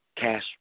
cash